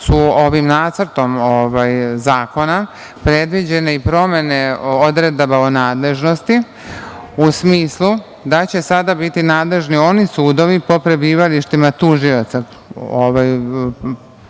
su ovim Nacrtom zakona predviđene i promene odredaba nadležnosti u smislu da će sada biti nadležni oni sudovi po prebivalištima tužioca.